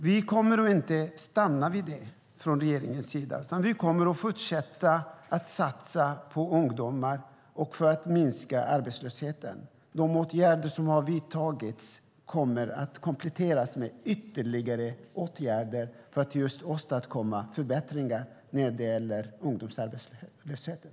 Vi kommer inte att stanna vid detta från regeringens sida, utan vi kommer att fortsätta att satsa på ungdomar och på att minska arbetslösheten. De åtgärder som har vidtagits kommer att kompletteras med ytterligare åtgärder för att åstadkomma förbättringar när det gäller ungdomsarbetslösheten.